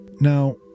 now